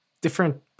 different